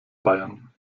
bayern